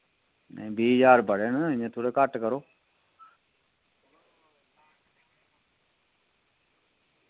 बीह् ज्हार बड़े न इंया थोह्ड़े घट्ट करो